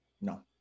No